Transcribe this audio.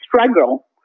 struggle